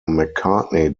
mccartney